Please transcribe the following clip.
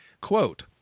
Quote